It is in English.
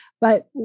But-